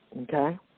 Okay